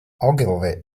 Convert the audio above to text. ogilvy